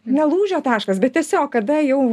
ne lūžio taškas bet tiesiog kada jau